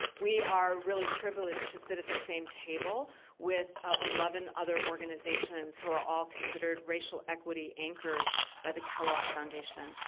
we are really privileged to sit at the same table with ah eleven other organizations who are all considered racial equity anchors by the kellogg foundation.